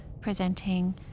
presenting